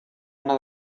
una